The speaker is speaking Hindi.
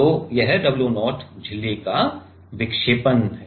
तो यह W 0 झिल्ली का विक्षेपण है